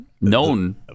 known